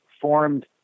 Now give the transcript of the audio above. formed